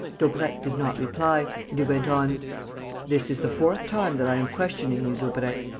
daubrecq did not reply and he went on this is the fourth time that i am questioning you, daubrecq.